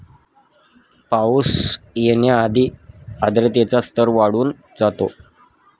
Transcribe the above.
पाऊस येण्याआधी आर्द्रतेचा स्तर वाढून जातो